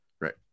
right